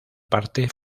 parte